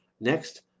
Next